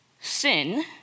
sin